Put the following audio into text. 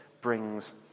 brings